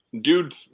dude